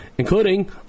including